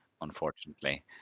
unfortunately